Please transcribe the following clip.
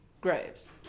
graves